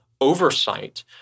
oversight